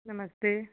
नमस्ते